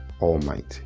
Almighty